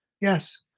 Yes